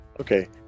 Okay